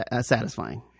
satisfying